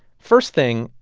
first thing,